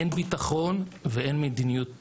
אין ביטחון ואין מדיניות חוץ.